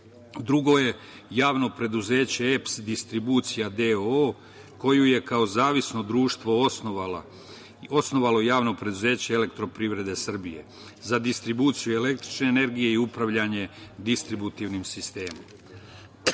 Drugo je Javno preduzeće EPS distribucija d.o.o. koju je kao zavisno društvo osnovalo Javno preduzeće EPS. Za distribuciju električne energije i upravljanje distributivnim